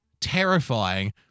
terrifying